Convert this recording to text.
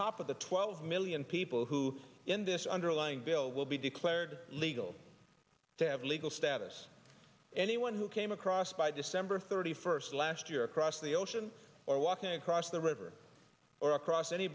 top of the twelve million people who are in this underlying bill will be declared legal to have legal status anyone who came across by december thirty first last year across the ocean or walking across the river or across any